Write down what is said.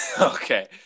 Okay